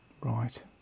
Right